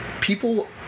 people